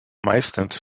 meistens